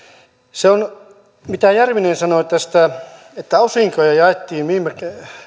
sehän mitä järvinen sanoi tästä että osinkoa jaettiin viime